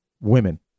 women